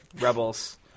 rebels